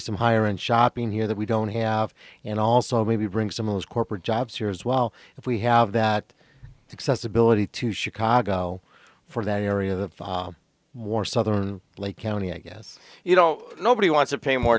some higher end shopping here that we don't have and also maybe bring some of those corporate jobs here as well if we have that accessibility to chicago for that area the more southern lake county i guess you know nobody wants or pay more